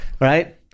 right